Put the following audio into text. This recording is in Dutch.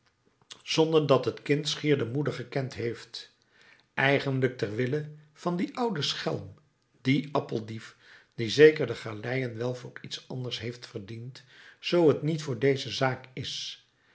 zonder dat het kind schier de moeder gekend heeft eeniglijk ter wille van dien ouden schelm dien appeldief die zeker de galeien wel voor iets anders heeft verdiend zoo het niet voor deze zaak is